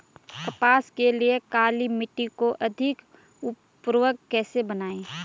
कपास के लिए काली मिट्टी को अधिक उर्वरक कैसे बनायें?